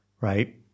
right